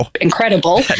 incredible